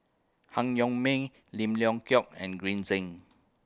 Han Yong May Lim Leong Geok and Green Zeng